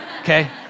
okay